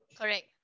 Correct